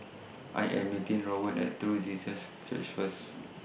I Am meeting Rowan At True Jesus Church First